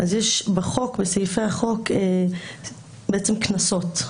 יש בסעיפי החוק קנסות.